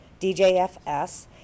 DJFS